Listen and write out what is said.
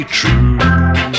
true